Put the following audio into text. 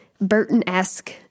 Burton-esque